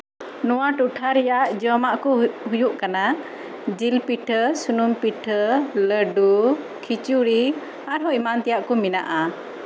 ᱱᱚᱣᱟ ᱴᱚᱴᱷᱟ ᱨᱮᱭᱟᱜ ᱡᱚᱢᱟᱜ ᱠᱚ ᱦᱩᱭᱩᱜ ᱠᱟᱱᱟ ᱡᱤᱞ ᱯᱤᱴᱷᱟᱹ ᱥᱩᱱᱩᱢ ᱯᱤᱴᱷᱟᱹ ᱞᱟᱹᱰᱩ ᱠᱷᱤᱪᱩᱲᱤ ᱟᱨᱦᱚᱸ ᱮᱢᱟᱱ ᱛᱮᱭᱟᱜ ᱠᱚ ᱢᱮᱱᱟᱜᱼᱟ